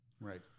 Right